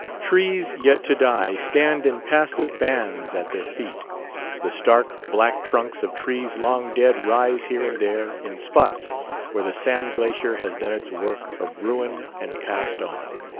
trees yet to die stand in passive bands at their feet the stark, black trunks of trees long dead rise here and there in spots where the sand-glacier has done its work of ruin and passed on.